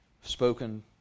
spoken